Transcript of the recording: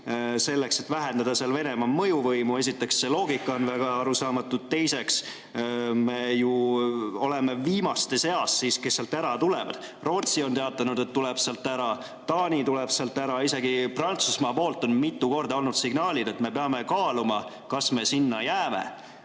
selleks et vähendada seal Venemaa mõjuvõimu. Esiteks, see loogika on väga arusaamatu. Teiseks, me oleme siis ju viimaste seas, kes sealt ära tulevad. Rootsi on teatanud, et tuleb sealt ära. Taani tuleb sealt ära. Isegi Prantsusmaa poolt on mitu korda olnud signaale, et me peame kaaluma, kas me sinna jääme.